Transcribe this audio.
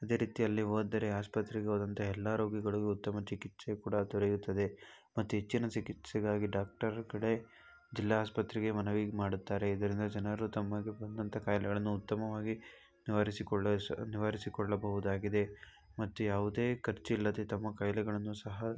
ಅದೇ ರೀತಿ ಅಲ್ಲಿ ಓದರೆ ಆಸ್ಪತ್ರೆಗೋದಂತ ಎಲ್ಲಾ ರೋಗಿಗಳಿಗೂ ಉತ್ತಮ ಚಿಕಿತ್ಸೆಯು ಕೂಡ ದೊರೆಯುತ್ತದೆ ಮತ್ತು ಹೆಚ್ಚಿನ ಚಿಕಿತ್ಸೆಗಾಗಿ ಡಾಕ್ಟರು ಕೂಡ ಜಿಲ್ಲಾ ಆಸ್ಪತ್ರೆಗೆ ಮನವಿ ಮಾಡುತ್ತಾರೆ ಇದರಿಂದ ಜನರು ತಮಗೆ ಬಂದಂಥ ಕಾಯಿಲೆಗಳನ್ನು ಉತ್ತಮವಾಗಿ ನಿವಾರಿಸಿಕೊಳ್ಳಲು ಸಹ ನಿವಾರಿಸಿಕೊಳ್ಳಬಹುದಾಗಿದೆ ಮತ್ತು ಯಾವುದೇ ಖರ್ಚಿಲ್ಲದೇ ತಮ್ಮ ಕಾಯಿಲೆಗಳನ್ನು ಸಹ